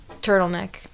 Turtleneck